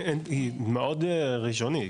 מאוד ראשוני.